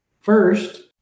First